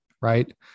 right